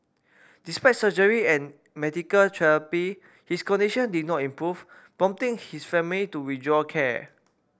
despite surgery and medical therapy his condition did not improve prompting his family to withdraw care